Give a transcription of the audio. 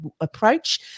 approach